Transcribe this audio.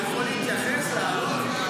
אני יכול להתייחס ולענות?